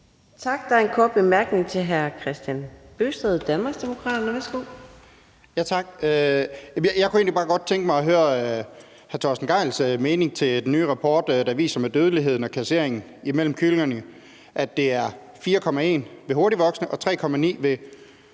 Tak. Der er en kort bemærkning til hr. Kristian Bøgsted, Danmarksdemokraterne. Værsgo. Kl. 15:44 Kristian Bøgsted (DD): Tak. Jeg kunne egentlig bare godt tænke mig at høre hr. Torsten Gejls mening om den nye rapport, der viser om dødeligheden og kasseringen imellem kyllingerne, at det er 4,1 ved hurtigtvoksende og 3,9 ved